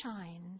shine